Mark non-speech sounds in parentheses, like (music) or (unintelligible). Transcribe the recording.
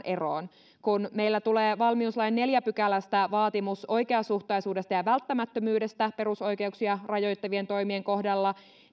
(unintelligible) eroon kun meillä tulee valmiuslain neljännestä pykälästä vaatimus oikeasuhtaisuudesta ja välttämättömyydestä perusoikeuksia rajoittavien toimien kohdalla